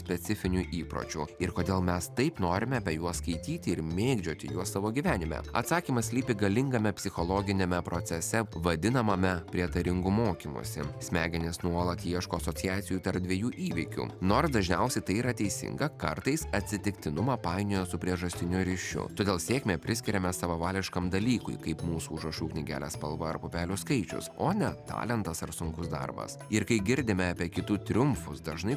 specifinių įpročių ir kodėl mes taip norime apie juos skaityti ir mėgdžioti juos savo gyvenime atsakymas slypi galingame psichologiniame procese vadinamame prietaringu mokymusi smegenys nuolat ieško asociacijų tarp dviejų įvykių nors dažniausiai tai yra teisinga kartais atsitiktinumą painioja su priežastiniu ryšiu todėl sėkmę priskiriame savavališkam dalykui kaip mūsų užrašų knygelės spalvą ar pupelių skaičius o ne talentas ar sunkus darbas ir kai girdime apie kitų triumfus dažnai